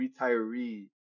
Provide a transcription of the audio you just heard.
retiree